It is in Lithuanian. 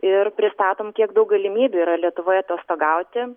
ir pristatom kiek daug galimybių yra lietuvoje atostogauti